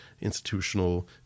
institutional